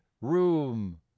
room